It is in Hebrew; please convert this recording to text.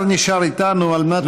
השר נשאר איתנו על מנת להשיב,